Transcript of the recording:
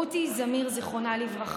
רותי זמיר, זיכרונה לברכה,